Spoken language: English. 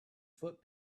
foot